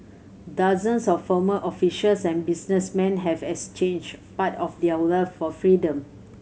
dozens of former officials and businessmen have exchanged part of their for freedom